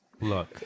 look